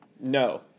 No